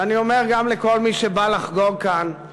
ואני אומר גם לכל מי שבא לחגוג כאן: